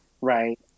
Right